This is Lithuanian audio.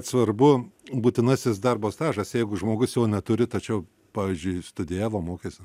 svarbu būtinasis darbo stažas jeigu žmogus jo neturi tačiau pavyzdžiui studijavo mokėsi